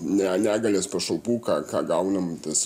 ne negalės pašalpų ką ką gaunam tas